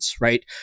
right